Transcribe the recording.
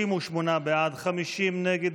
38 בעד, 50 נגד.